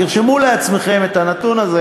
תרשמו לעצמכם את הנתון הזה,